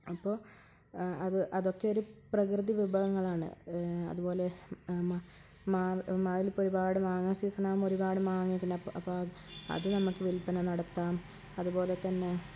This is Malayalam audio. അപ്പോൾ അത് അതൊക്കെ ഒരു പ്രകൃതി വിഭവങ്ങളാണ് അതുപോലെ മാവിലിപ്പോൾ ഒരുപാട് മാങ്ങ സീസൺ ആവുമ്പോൾ ഒരുപാട് മാങ്ങയൊക്കെയുണ്ടാവും അപ്പോൾ അത് നമുക്ക് വില്പന നടത്താം അതുപോലെത്തന്നെ